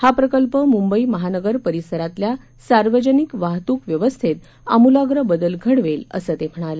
हा प्रकल्प मुंबई महानगर परसिरातल्या सार्वजनिक वाहतूक व्यवस्थेत आमूलाग्र बदल घडवेल असं ते म्हणाले